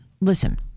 listen